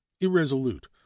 irresolute